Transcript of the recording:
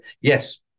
yes